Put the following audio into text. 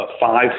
five